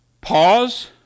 pause